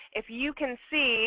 if you can see